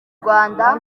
rwanda